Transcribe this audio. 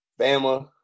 Bama